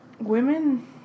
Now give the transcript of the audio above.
women